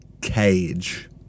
cage